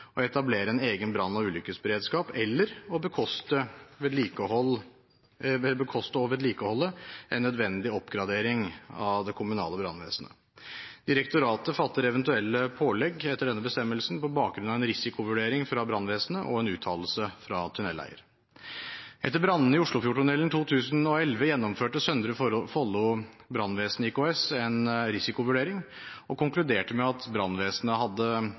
å etablere en egen brann- og ulykkesberedskap, eller bekoste og vedlikeholde en nødvendig oppgradering av det kommunale brannvesen». Direktoratet fatter eventuelle pålegg etter denne bestemmelsen på bakgrunn av en risikovurdering fra brannvesenet og en uttalelse fra tunneleier. Etter brannene i Oslofjordtunnelen 2011 gjennomførte Søndre Follo Brannvesen IKS en risikovurdering og konkluderte med at brannvesenet hadde